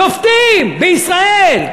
שופטים בישראל.